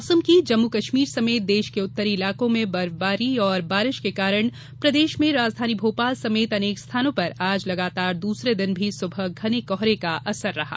मौसम जम्मू कश्मीर समेत देश के उत्तरी इलाकों में बर्फबारी और बारिश के कारण प्रदेश में राजधानी भोपाल समेत अनेक स्थानों पर आज लगातार दूसरे दिन भी सुबह घने कोहरे का असर रहा